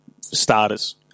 starters